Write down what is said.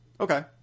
okay